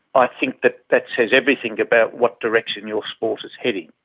i think that that says everything about what direction your sport is heading.